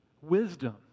Wisdom